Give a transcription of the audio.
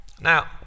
now